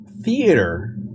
theater